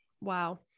wow